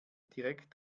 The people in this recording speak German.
direkt